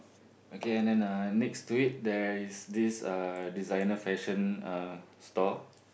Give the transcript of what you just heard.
okay and then uh next to it there is this uh designer fashion uh store